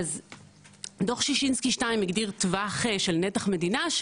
דו"ח שישינסקי 2 הגדיר טווח של נתח מדינה,